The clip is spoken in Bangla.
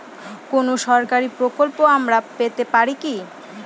কোন সরকারি প্রকল্প আমরা পেতে পারি কি?